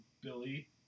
Billy